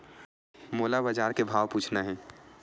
मोला बजार के भाव पूछना हे?